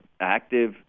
active